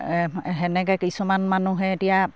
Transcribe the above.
সেনেকে কিছুমান মানুহে এতিয়া